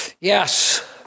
Yes